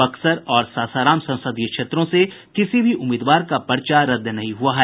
बक्सर और सासाराम संसदीय क्षेत्रों से किसी भी उम्मीदवार का पर्चा रद्द नहीं हुआ है